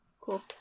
Cool